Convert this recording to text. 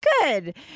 Good